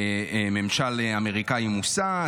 שהממשל האמריקאי מוסת,